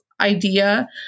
idea